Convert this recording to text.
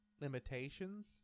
limitations